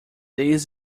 this